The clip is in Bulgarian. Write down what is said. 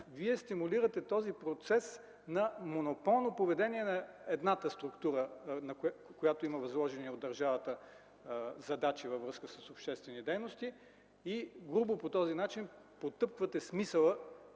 Вие стимулирате този процес на монополно поведение на едната структура, която има възложени от държавата задачи във връзка с обществени дейности и по този начин грубо потъпквате смисъла